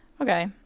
okay